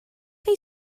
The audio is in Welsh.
chi